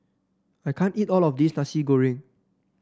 I can't eat all of this Nasi Goreng